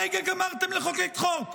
הרגע גמרתם לחוקק חוק.